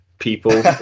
people